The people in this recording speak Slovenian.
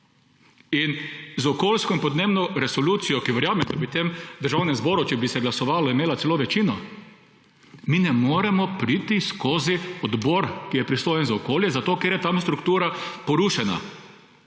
Z okoljsko in podnebno resolucijo – za katero verjamem, da bi v tem državnem zboru, če bi se glasovalo, imela celo večina – mi ne moremo priti skozi odbor, ki je pristojen za okolje, ker je tam struktura porušena.